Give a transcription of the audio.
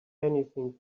anything